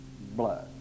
blood